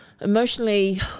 emotionally